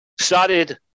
started